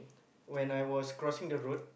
when I was crossing the road